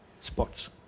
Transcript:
spots